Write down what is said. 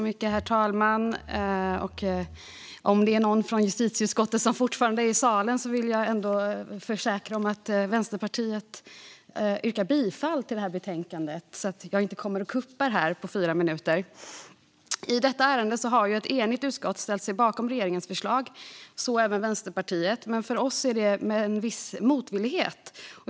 Herr talman! Om någon från justitieutskottet är kvar i salen och lyssnar på detta vill jag försäkra att Vänsterpartiet står bakom det här betänkandet. Jag har alltså inte tänkt försöka göra någon kupp på fyra minuter här. Jag yrkar bifall till utskottets förslag. I detta ärende har ett enigt utskott ställt sig bakom regeringens förslag, så även Vänsterpartiet. För oss är det ändå med en viss motvillighet.